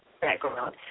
background